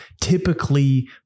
Typically